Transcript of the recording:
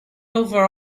over